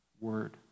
word